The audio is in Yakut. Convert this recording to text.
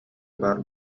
баар